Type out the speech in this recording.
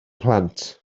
plant